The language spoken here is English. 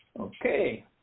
Okay